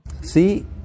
See